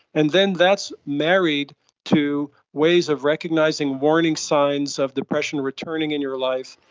and then that's married to ways of recognising warning signs of depression returning in your life,